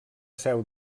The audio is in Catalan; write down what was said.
seu